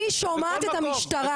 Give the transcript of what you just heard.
אני שומעת את המשטרה,